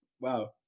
Wow